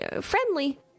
friendly